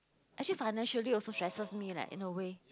actually financially also stresses me leh in a way